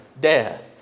death